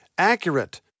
Accurate